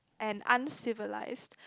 and uncivilized